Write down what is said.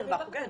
מרווח הוגן.